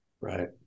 Right